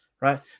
right